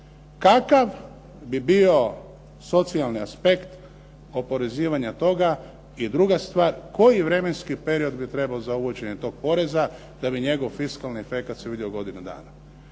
kakav bi bio socijalni aspekt oporezivanja toga? I druga stvar, koji vremenski period bi trebao za uvođenje toga poreza, da bi njegov fiskalni efekat se vidio u godini dana?